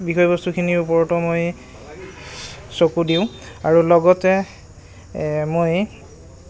বিষয়বস্তুখিনিৰ ওপৰতো মই চকু দিওঁ আৰু লগতে মই